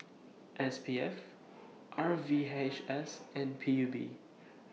S P F R V H S and P U B